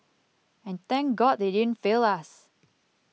and thank God they didn't fail us